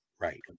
Right